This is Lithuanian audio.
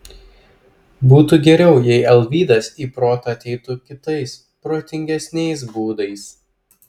būtų geriau jei alvydas į protą ateitų kitais protingesniais būdais